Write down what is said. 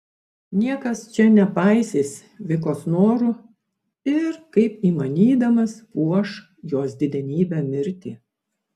niekas čia nepaisys vikos norų ir kaip įmanydamas puoš jos didenybę mirtį